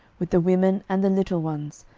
with the women, and the little ones,